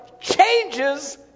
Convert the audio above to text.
changes